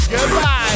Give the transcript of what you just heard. Goodbye